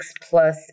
plus